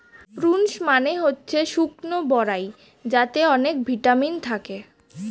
prunes মানে হচ্ছে শুকনো বরাই যাতে অনেক ভিটামিন থাকে